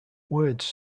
words